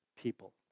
people